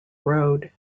road